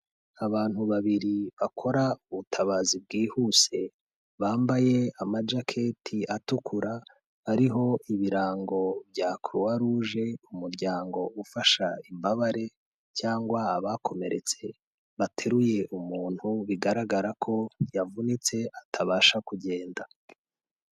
Abantu babiri bakora ubutabazi bwihuse bambaye amajaketi atukura ariho ibirango bya Kuruwaruje, umuryango ufasha imbabare cyangwa abakomeretse bateruye umuntu bigaragara ko yavunitse atabasha kugenda.